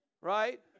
right